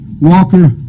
Walker